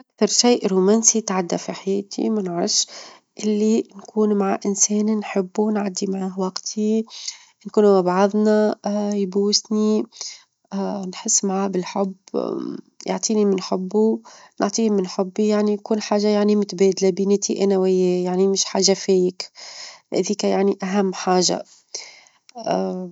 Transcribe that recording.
أكثر شيء رومانسي تعدى في حياتي منعش اللي نكون مع إنسان نحبو، ونعدي معاه وقتي نكونو مع بعظنا، يبوسني، نحس معاه بالحب، يعطيني من حبه، نعطيه من حبي يعني كل حاجة يعني متبادلة بيناتي أنا وياه، يعني مش حاجة مزيفة، هذيك يعني أهم حاجة.